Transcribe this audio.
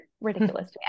ridiculous